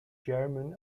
german